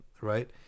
right